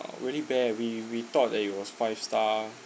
um really bad we we thought that it was five star